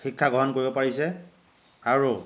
শিক্ষা গ্ৰহণ কৰিব পাৰিছে আৰু